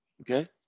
Okay